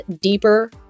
deeper